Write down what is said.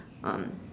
um